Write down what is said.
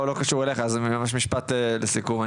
ממש משפט אחרון לסיכום.